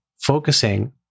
focusing